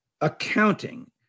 accounting